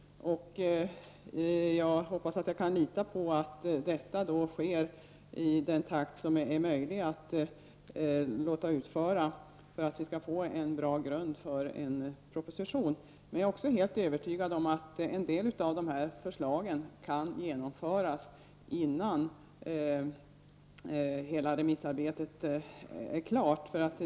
Jag hoppas att jag kan lita på att detta sker i den takt som är möjlig för att vi skall få en bra grund för en proposition. Däremot är jag helt övertygad om att en del av dessa förslag skulle kunna genomföras innan hela remissarbetet är klart.